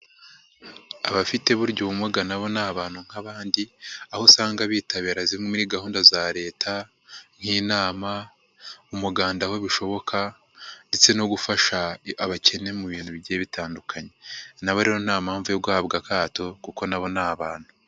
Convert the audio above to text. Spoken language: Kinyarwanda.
Abafite burya ubumuga na bo ni abantu nk'abandi, aho usanga bitabira zimwe muri gahunda za Leta nk'inama, umuganda aho bishoboka, ndetse no gufasha abakene mu bintu bigiye bitandukanye. Na bo rero nta mpamvu yo guhabwa akato kuko na bo ni abantu.